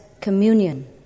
communion